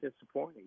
disappointing